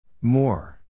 More